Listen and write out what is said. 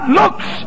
looks